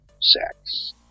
sex